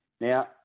Now